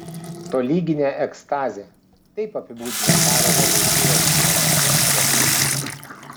tolyginė ekstazė taip apibūdina karolio voitylos veiksmus jo kritikai